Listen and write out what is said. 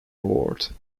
award